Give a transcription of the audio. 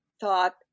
thought